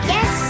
Yes